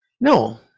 No